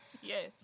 Yes